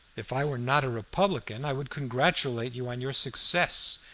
if i were not a republican i would congratulate you on your success.